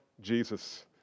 Jesus